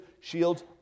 shields